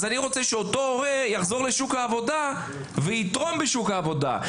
אז אני רוצה שאותו הורה יחזור לשוק העבודה ויתרום בשוק העבודה.